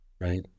right